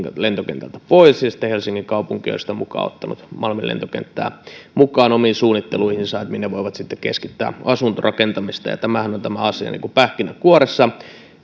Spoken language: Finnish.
lentokentältä pois ja sitten helsingin kaupunki on sitä mukaa ottanut malmin lentokenttää mukaan omiin suunnitteluihinsa minne voivat sitten keskittää asuntorakentamista tämähän on tämä asia pähkinänkuoressa